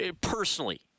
Personally